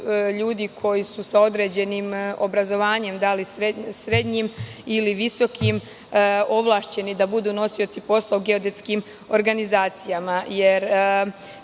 koji su sa određenim obrazovanjem, srednjim ili visokim, ovlašćeni da budu nosioci posla u geodetskim organizacijama. Razumela